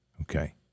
Okay